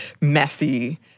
messy